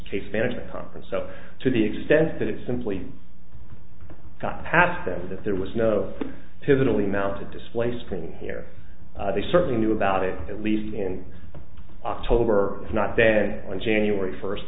case management conference so to the extent that it simply got past them that there was no to the newly mounted display screen here they certainly knew about it at least in october not then on january first